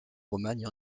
romagne